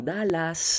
Dallas